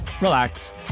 relax